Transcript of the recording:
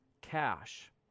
cash